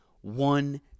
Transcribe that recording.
one